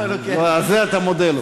על זה אתה מודה לו.